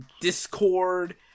Discord